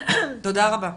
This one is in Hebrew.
תודה רבה.